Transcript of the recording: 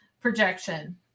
projection